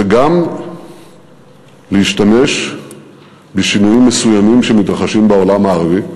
זה גם להשתמש בשינויים מסוימים שמתרחשים בעולם הערבי,